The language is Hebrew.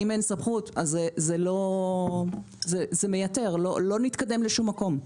אם אין סמכות לא נתקדם לשום מקום.